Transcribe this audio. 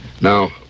Now